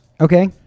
Okay